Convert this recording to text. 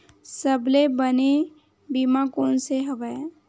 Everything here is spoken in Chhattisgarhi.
सबले बने बीमा कोन से हवय?